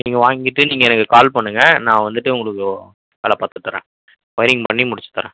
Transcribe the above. நீங்கள் வாங்கிட்டு நீங்கள் எனக்கு கால் பண்ணுங்கள் நான் வந்துவிட்டு உங்களுக்கு வேலை பார்த்துத் தரேன் ஒயரிங் பண்ணி முடிச்சுத் தரேன்